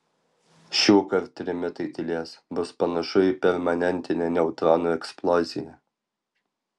šiuokart trimitai tylės bus panašu į permanentinę neutronų eksploziją